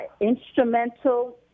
instrumental